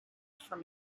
from